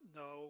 no